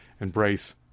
embrace